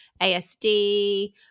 ASD